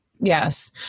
Yes